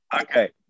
Okay